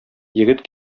егет